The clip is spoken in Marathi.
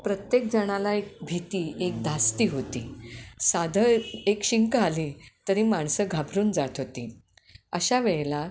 प्रत्येक जणाला एक भीती एक धास्ती होती साधं एक शिंक आली तरी माणसं घाबरून जात होती अशा वेळेला